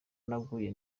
naguye